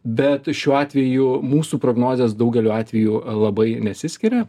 bet šiuo atveju mūsų prognozės daugeliu atveju labai nesiskiria